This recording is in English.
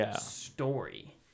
story